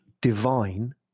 divine